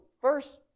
first